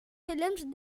films